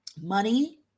money